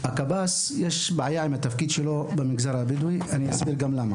אבל יש בעיה עם תפקיד הקב״ס במגזר הבדואי ואני אסביר גם למה.